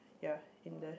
ya in the